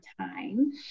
time